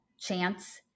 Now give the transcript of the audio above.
chance